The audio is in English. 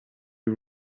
you